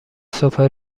صبح